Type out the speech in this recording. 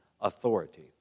authority